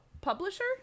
publisher